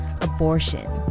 abortion